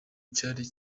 cyari